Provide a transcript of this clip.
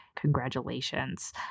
congratulations